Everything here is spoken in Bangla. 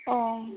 ও